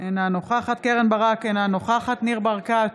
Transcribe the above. אינה נוכחת קרן ברק, אינה נוכחת ניר ברקת,